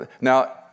Now